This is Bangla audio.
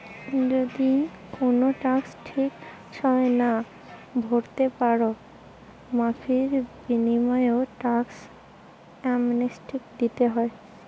যদি কুনো ট্যাক্স ঠিক সময়ে না ভোরতে পারো, মাফীর বিনিময়ও ট্যাক্স অ্যামনেস্টি দিতে হয়